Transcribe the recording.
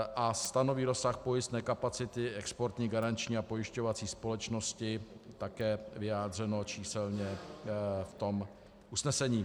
b) stanoví rozsah pojistné kapacity Exportní garanční a pojišťovací společnosti také vyjádřeno číselně v usnesení;